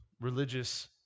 religious